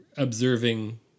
Observing